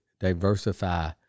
diversify